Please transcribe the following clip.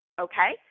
Okay